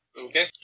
Okay